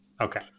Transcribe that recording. Okay